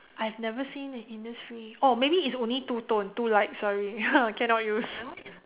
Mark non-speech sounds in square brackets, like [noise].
I've never seen at innisfree oh maybe it's only two tone too light sorry [laughs] I cannot use